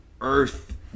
Earth